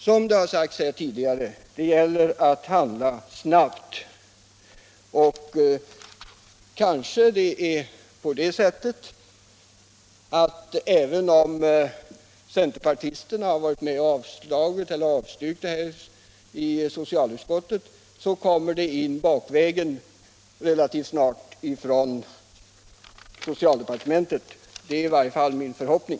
Som det har sagts här tidigare: Det gäller att handla snabbt, och även om centerpartisterna varit med om att avstyrka vårt krav i socialutskottet kommer en förstärkning kanske in bakvägen relativt snart från socialdepartementet. Det är i varje fall min förhoppning.